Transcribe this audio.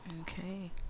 Okay